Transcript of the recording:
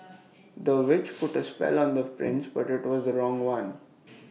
the witch put A spell on the prince but IT was the wrong one